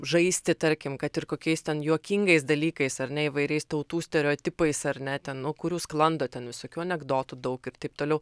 žaisti tarkim kad ir kokiais ten juokingais dalykais ar ne įvairiais tautų stereotipais ar ne ten nu kurių sklando ten visokių anekdotų daug ir taip toliau